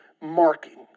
marking